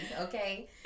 okay